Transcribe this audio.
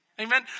Amen